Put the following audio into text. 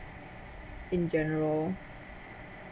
in general